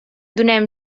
donem